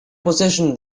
possession